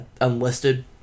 unlisted